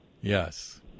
Yes